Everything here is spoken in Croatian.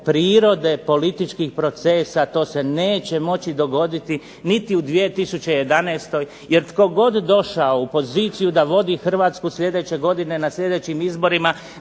prirode političkih procesa to se neće moći dogoditi niti u 2011., jer tko god došao u poziciju da vodi Hrvatsku sljedeće godine na sljedećim izborima